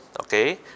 okay